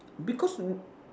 because